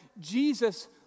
Jesus